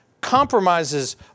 compromises